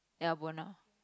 ya Buona